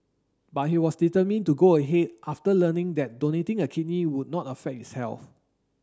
but he was determined to go ahead after learning that donating a kidney would not affect his health